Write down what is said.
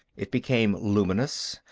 it became luminous,